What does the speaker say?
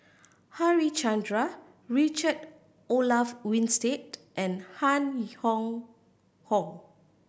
Harichandra Richard Olaf Winstedt and Han Hong Hong